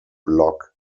block